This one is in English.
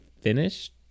finished